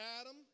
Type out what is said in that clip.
Adam